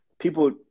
People